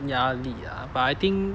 压力啊 but I think